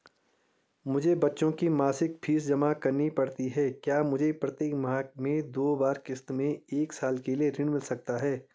मुझे बच्चों की मासिक फीस जमा करनी पड़ती है क्या मुझे प्रत्येक माह में दो बार किश्तों में एक साल के लिए ऋण मिल सकता है?